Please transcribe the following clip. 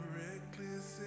reckless